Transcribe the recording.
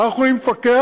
אנחנו יכולים לפקח